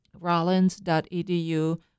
Rollins.edu